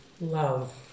love